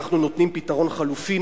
אנחנו נותנים פתרון חלופי,